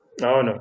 No